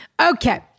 Okay